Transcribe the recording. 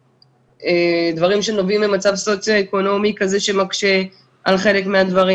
דברים שנובעים ממצב סוציואקונומי כזה שמקשה על חלק מהדברים.